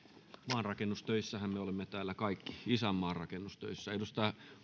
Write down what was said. maanrakennustöissähän me olemme täällä kaikki isänmaan rakennustöissä edustaja